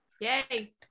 yay